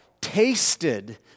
tasted